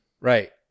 Right